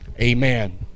amen